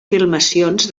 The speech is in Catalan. filmacions